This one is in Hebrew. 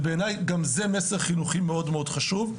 ובעיניי, גם זה מסר חינוכי מאוד מאוד חשוב.